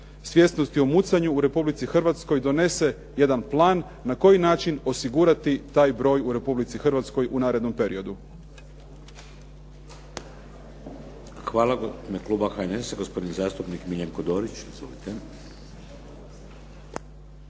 svjesnosti o mucanju u Republici Hrvatskoj donese jedan plan na koji način osigurati taj broj u Republici Hrvatskoj u narednom periodu.